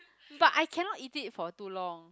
but I cannot eat it for too long